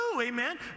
amen